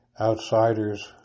outsiders